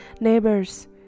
neighbors